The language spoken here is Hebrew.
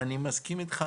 אני מסכים איתך,